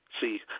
See